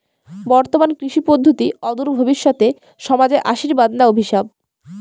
বর্তমান কৃষি পদ্ধতি অদূর ভবিষ্যতে সমাজে আশীর্বাদ না অভিশাপ?